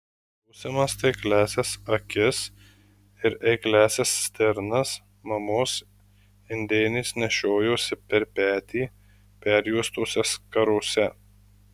būsimas taikliąsias akis ir eikliąsias stirnas mamos indėnės nešiojosi per petį perjuostose skarose